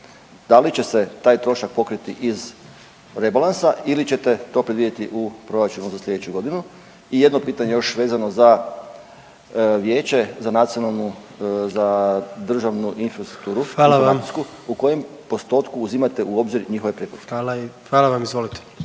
Da li će se taj trošak pokriti iz rebalansa ili ćete to predvidjeti u proračunu za slijedeću godinu? I jedno pitanje još vezano za vijeće za nacionalnu, za državnu infrastrukturu Hrvatsku …/Upadica: Hvala vam/… u kojem postotku uzimate u obzir njihove preporuke? **Jandroković,